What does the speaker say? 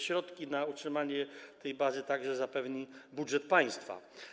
Środki na utrzymanie tej bazy także zapewni budżet państwa.